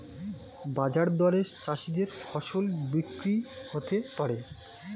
বাজার দরে চাষীদের ফসল বিক্রি হতে পারে